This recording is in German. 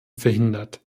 verhindert